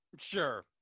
Sure